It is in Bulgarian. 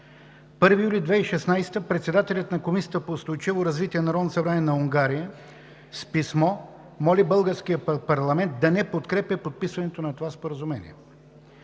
1 юли 2016 г. председателят на Комисията по устойчиво развитие в Народното събрание на Унгария с писмо моли българския парламент да не подкрепя подписването на това споразумение.